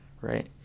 right